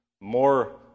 more